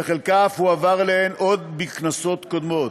וחלקה אף הועבר אליהן עוד בכנסות קודמות.